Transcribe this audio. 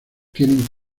tienen